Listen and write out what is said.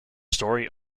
story